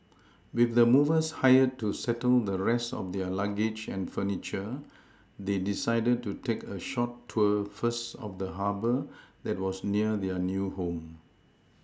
with the movers hired to settle the rest of their luggage and furniture they decided to take a short tour first of the Harbour that was near their new home